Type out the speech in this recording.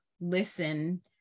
listen